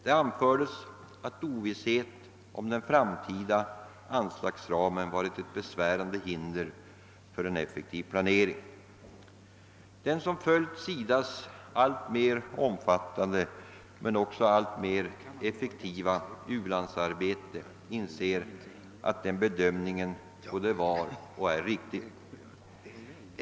Det anfördes att ovisshet om den framtida anslagsramen varit ett besvärande hinder för en effektiv planering. Den som följt SIDA:s alltmer omfattande men också allt effektivare u-landsarbete inser att denna bedömning både var och är riktig.